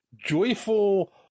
joyful